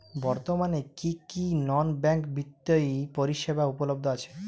বর্তমানে কী কী নন ব্যাঙ্ক বিত্তীয় পরিষেবা উপলব্ধ আছে?